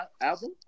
album